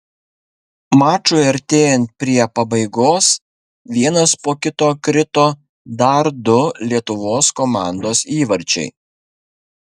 mačui artėjant prie pabaigos vienas po kito krito dar du lietuvos komandos įvarčiai